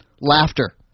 Laughter